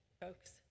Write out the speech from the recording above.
folks